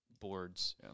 boards